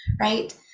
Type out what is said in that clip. right